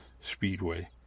Speedway